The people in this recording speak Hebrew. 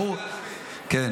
ברור --- אצלי זאת תורה שבעל פה.